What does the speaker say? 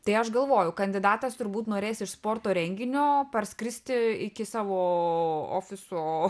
tai aš galvoju kandidatas turbūt norės iš sporto renginio parskristi iki savo ofiso